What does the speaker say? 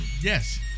Yes